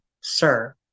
Sir